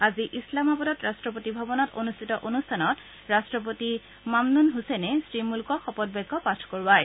আজি ইছলামাবাদত ৰাট্টপতি ভৱনত অনুষ্ঠিত অনুষ্ঠানত ৰট্টপতি মামনূন ছছেইনে শ্ৰী মুল্কক শপত বাক্য পাঠ কৰোৱায়